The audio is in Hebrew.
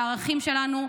הערכים שלנו,